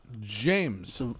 James